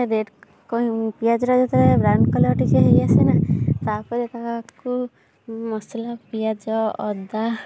rate ପିଆଜ ଟା ଯେତେବେଳେ ବ୍ରାଉନ୍ କଲର୍ ଟିକେ ହେଇ ଆସେନା ତାପରେ ତାକୁ ମସଲା ପିଆଜ ଅଦା